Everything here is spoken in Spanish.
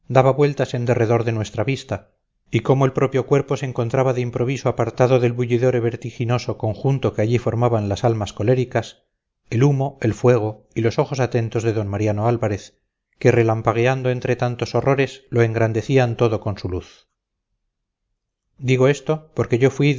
daba vueltas en derredor de nuestra vista y cómo el propio cuerpo se encontraba de improviso apartado del bullidor y vertiginoso conjunto que allí formaban las almas coléricas el humo el fuego y los ojos atentos de d mariano álvarez que relampagueando entre tantos horrores lo engrandecían todo con su luz digo esto porque yo fui